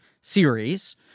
series